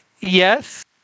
Yes